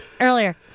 Earlier